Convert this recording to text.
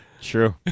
True